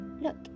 Look